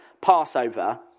Passover